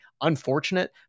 unfortunate